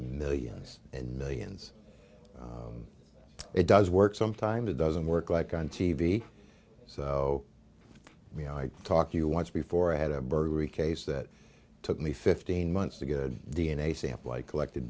millions and millions it does work sometimes it doesn't work like on t v so you know i talk to you once before i had a burglary case that took me fifteen months to get good d n a sample i collected